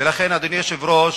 ולכן, אדוני היושב-ראש,